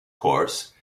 course